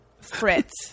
Fritz